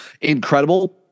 incredible